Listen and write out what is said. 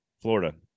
Florida